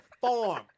form